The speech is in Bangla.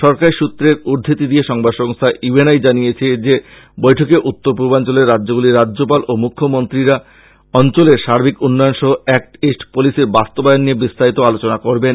সরকারী সূত্রের উদ্ধৃতি দিয়ে সংবাদ সংস্থা ইউ এন আই জানিয়েছে যে বৈঠকে উত্তর পূর্বাঞ্চলের রাজ্যগুলির রাজ্যপাল ও মুখ্যমন্ত্রীরা এই অঞ্চলের সার্বিক উন্নয়ন সহ এ্যাক্ট ইট্ট পলিসির বাস্তবায়ন নিয়ে বিস্তারিত আলোচনা করবেন